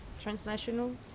transnational